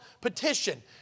petition